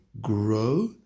grow